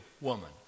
woman